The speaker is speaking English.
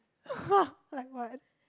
!wah! like what